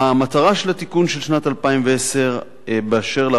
המטרה של התיקון של שנת 2010 באשר לאחוז